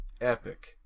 epic